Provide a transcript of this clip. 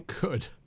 Good